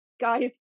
guys